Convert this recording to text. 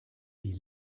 die